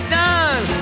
done